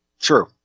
True